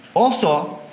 also